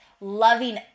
Loving